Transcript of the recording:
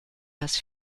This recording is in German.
das